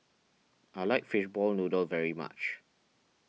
I like Fishball Noodle very much